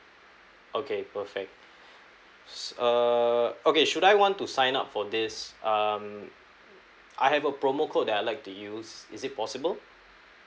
okay perfect so err okay should I want to sign up for this um I have a promo code that I'd like to use is it possible